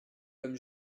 comme